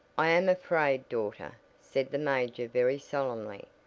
i am afraid, daughter, said the major very solemnly,